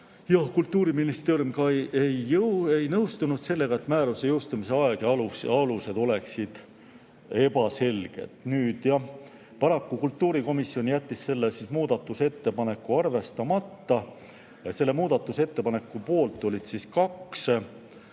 Kultuuriministeerium ei nõustunud sellega, et määruse jõustumise aeg ja alused on ebaselged. Nüüd jah, paraku kultuurikomisjon jättis selle muudatusettepaneku arvestamata. Selle muudatusettepaneku poolt olid 2,